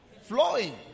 Flowing